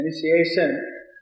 initiation